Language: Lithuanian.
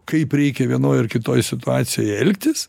kaip reikia vienoj ar kitoj situacijoje elgtis